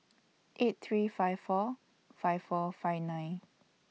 eight three five four five four five nine